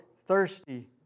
thirsty